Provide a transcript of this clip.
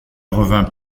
revint